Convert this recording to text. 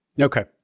Okay